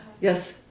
Yes